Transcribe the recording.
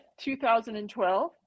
2012